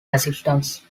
assistance